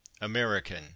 American